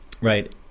right